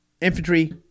infantry